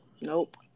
Nope